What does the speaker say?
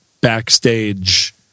backstage